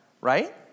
right